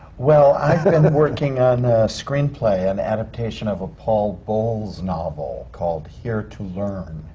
well, i've been working on a screenplay, an adaptation of a paul bowles novel, called here to learn,